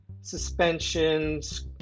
suspensions